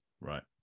right